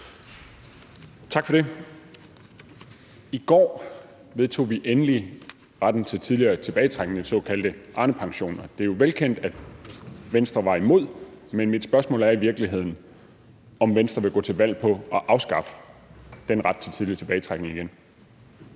Tak for det. I går vedtog vi endelig retten til tidligere tilbagetrækning, den såkaldte Arnepension, og det er jo velkendt, at Venstre var imod. Men mit spørgsmål er i virkeligheden, om Venstre vil gå til valg på at afskaffe den ret til tidligere tilbagetrækning.